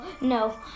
no